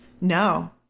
no